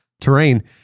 terrain